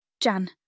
Jan